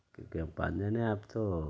کیونکہ ہم پانچ جنے ہیں اب تو